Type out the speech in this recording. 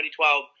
2012